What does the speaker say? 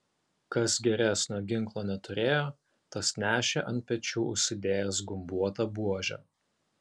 kas geresnio ginklo neturėjo tas nešė ant pečių užsidėjęs gumbuotą buožę